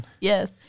Yes